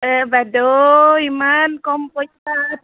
এই বাইদেউ ইমান কম পইচাত